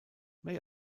may